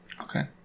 Okay